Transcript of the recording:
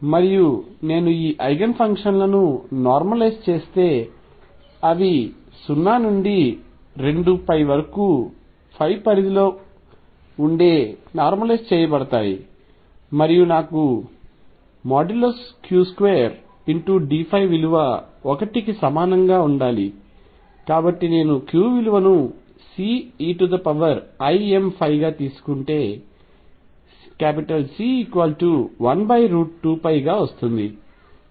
మరియు నేను ఈ ఐగెన్ ఫంక్షన్ లను నార్మలైజ్ చేస్తే అవి 0 నుండి 2 వరకు ఉండే పరిధి లో నార్మలైజ్ చేయబడతాయి మరియు నాకు Q2dϕ విలువ 1 కి సమానంగా ఉండాలి కాబట్టి నేను Q విలువను Ceimϕగా తీసుకుంటే C 12π గా వస్తుంది